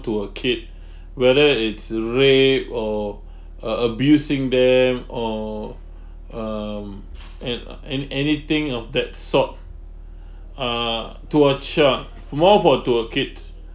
to a kid whether it's rape or uh abusing them or um and uh an anything of that sort uh to a child more for to a kids